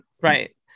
Right